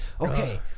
okay